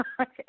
Okay